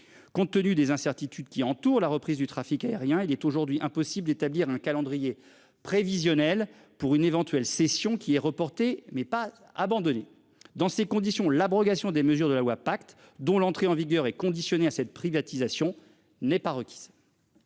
Compte tenu des incertitudes qui entourent la reprise du trafic aérien, il est aujourd'hui impossible d'établir un calendrier prévisionnel pour une éventuelle cession qui est reporté mais pas abandonner. Dans ces conditions l'abrogation des mesures de la loi pacte dont l'entrée en vigueur est conditionné à cette privatisation n'est pas requis.